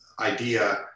idea